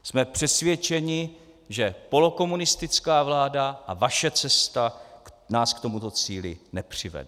Jsme přesvědčeni, že polokomunistická vláda a vaše cesta nás k tomuto cíli nepřivede.